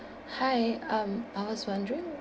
hi um I was wondering